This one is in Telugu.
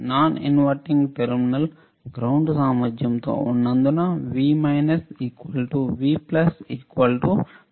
నాన్ ఇన్వర్టింగ్ టెర్మినల్ గ్రౌండ్సామర్థ్యంలో ఉన్నందున V V 0